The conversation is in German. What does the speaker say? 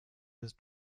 bis